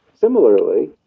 Similarly